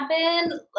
happen